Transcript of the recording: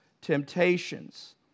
temptations